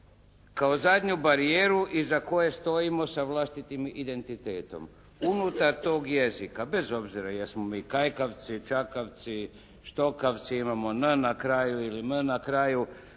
Kao zadnju barijeru iza koje stojimo sa vlastitim identitetom. Unutar toga jezik, bez obzira jesmo mi kajkavci, čakavci, štokavci, imamo n na kraju ili m na kraju,